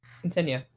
Continue